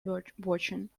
watching